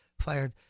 fired